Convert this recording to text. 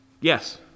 Yes